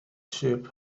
ship